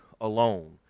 alone